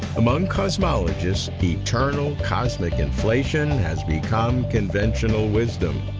among cosmologists, eternal cosmic inflation has become conventional wisdom,